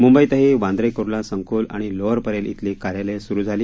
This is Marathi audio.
मुंबईतही वांद्रे कुर्ला संकुल आणि लोअर परेल इथली कार्यालय सुरु झाली